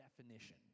definition